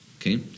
Okay